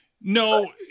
No